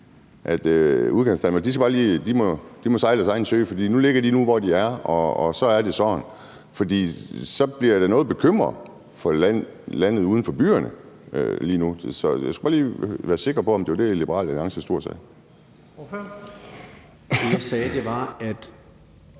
bare må sejle deres egen sø, fordi de nu engang ligger der, hvor de gør, og så er det bare sådan? For så bliver jeg noget bekymret for landet uden for byerne lige nu. Så jeg skulle bare lige være sikker på, om det var det, Liberal Alliance stod og sagde. Kl. 10:32